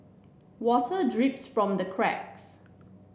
water drips from the cracks